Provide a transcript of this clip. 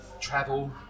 travel